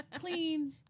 clean